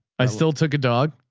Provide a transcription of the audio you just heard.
i still took a dog.